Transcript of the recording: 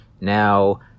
Now